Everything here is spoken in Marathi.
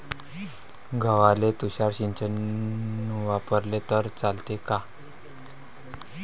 गव्हाले तुषार सिंचन वापरले तर चालते का?